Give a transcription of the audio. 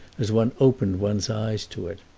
as one opened one's eyes to it.